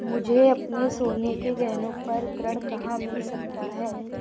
मुझे अपने सोने के गहनों पर ऋण कहाँ मिल सकता है?